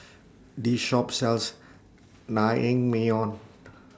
This Shop sells Naengmyeon